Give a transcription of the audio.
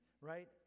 right